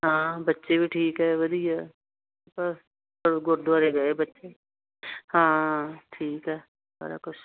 ਹਾਂ ਬੱਚੇ ਵੀ ਠੀਕ ਹੈ ਵਧੀਆ ਬਸ ਸਭ ਗੁਰਦੁਆਰੇ ਗਏ ਬੱਚੇ ਹਾਂ ਠੀਕ ਆ ਸਾਰਾ ਕੁਛ